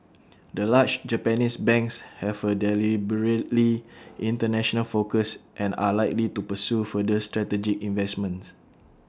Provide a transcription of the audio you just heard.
the large Japanese banks have A deliberately International focus and are likely to pursue further strategic investments